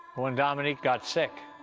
when dominique got sick,